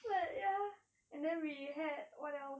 but ya and then we had what else